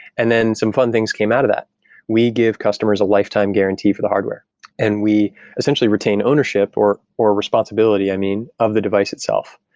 and then some fun things came out of. we give customers a lifetime guarantee for the hardware and we essentially retain ownership or or responsibility, i mean, of the device itself.